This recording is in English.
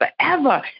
forever